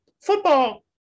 football